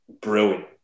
brilliant